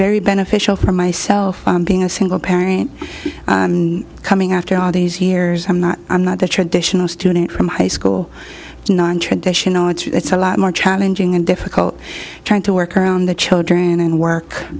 very beneficial for myself being a single parent coming after all these years i'm not i'm not the traditional student from high school nontraditional it's a lot more challenging and difficult trying to work around the children and work